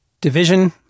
division